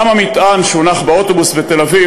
גם המטען שהתפוצץ באוטובוס בתל-אביב